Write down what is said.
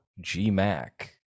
G-Mac